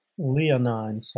Leonine